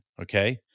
okay